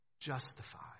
justified